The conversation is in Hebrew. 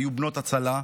היו בנות הצלה,